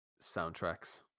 soundtracks